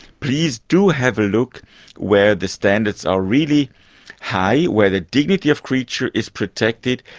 please do have a look where the standards are really high, where the dignity of creatures is protected.